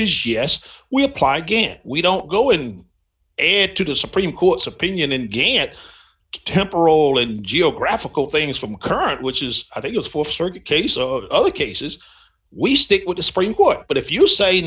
is yes we apply again we don't go in and to the supreme court's opinion in gantt temporal in geo graphical things from current which is i think it's for circuit case of other cases we stick with the supreme court but if you say